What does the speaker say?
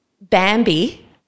Bambi